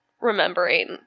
remembering